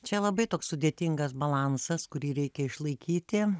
čia labai toks sudėtingas balansas kurį reikia išlaikyti